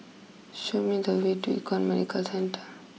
show me the way to Econ Medicare Centre